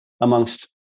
amongst